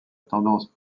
tendance